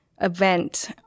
event